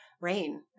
rain